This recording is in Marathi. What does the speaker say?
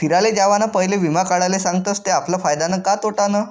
फिराले जावाना पयले वीमा काढाले सांगतस ते आपला फायदानं का तोटानं